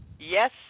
Yes